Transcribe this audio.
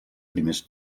primers